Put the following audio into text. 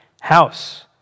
house